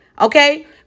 Okay